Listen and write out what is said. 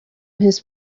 his